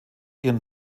ihren